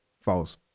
false